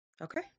Okay